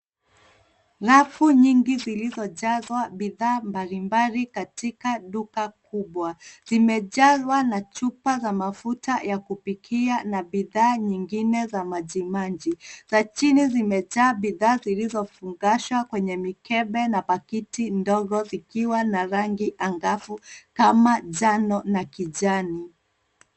Rafu nyingi zilizojazwa bidhaa mbalimbali katika duka kubwa zimejazwa na chupa za mafuta ya kupikia na bidhaa nyingine za majimaji. Za chini zimejaa bidhaa zilizofungashwa kwenye mikebe na pakiti ndogo zikiwa na rangi angavu kama njano na kijani.